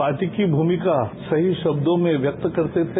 party की भूमिका सही शब्दों में व्यक्त करते थे